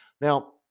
now